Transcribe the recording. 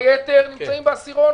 היתר נמצאים בעשירון,